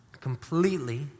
completely